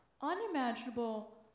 unimaginable